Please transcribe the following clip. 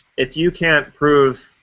if you can prove